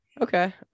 Okay